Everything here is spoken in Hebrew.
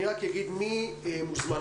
אני רק אגיד מי מוזמן.